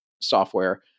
software